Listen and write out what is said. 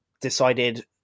decided